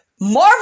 Marvel